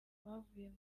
bavuye